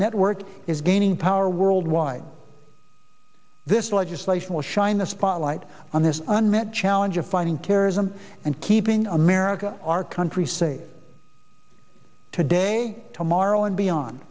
network is gaining power worldwide this legislation will shine the spotlight on this unmet challenge of fighting terrorism and keeping america our country safer today tomorrow and beyon